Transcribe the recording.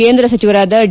ಕೇಂದ್ರ ಸಚಿವರಾದ ಡಿ